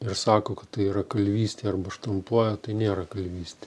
ir sako kad tai yra kalvystė arba štampuoja tai nėra kalvystė